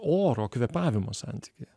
oro kvėpavimo santykyje